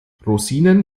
rosinen